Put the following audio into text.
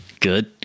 Good